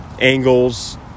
angles